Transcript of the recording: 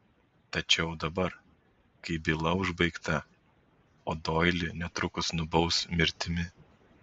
tačiau dabar kai byla užbaigta o doilį netrukus nubaus mirtimi